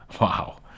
Wow